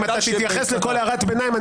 אם אתה תתייחס לכל הערת ביניים,